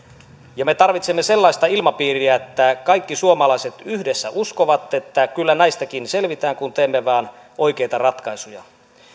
ja me tarvitsemme sellaista ilmapiiriä että kaikki suomalaiset yhdessä uskovat että kyllä näistäkin selvitään kun teemme vain oikeita ratkaisuja